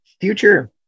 future